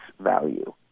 value